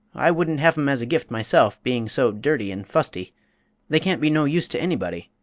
i wouldn't have em as a gift myself, being so dirty and fusty they can't be no use to anybody,